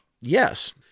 yes